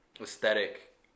aesthetic